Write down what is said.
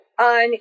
on